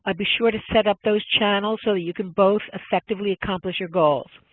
ah be sure to set up those channels so you can both effectively accomplish your goals.